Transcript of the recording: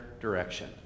direction